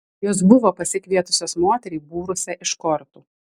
jos buvo pasikvietusios moterį būrusią iš kortų